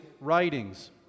writings